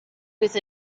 with